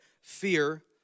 fear